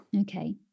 Okay